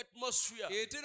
atmosphere